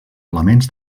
elements